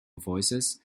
voices